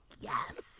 yes